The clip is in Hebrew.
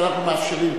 שאנחנו מאפשרים,